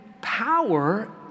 power